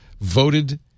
voted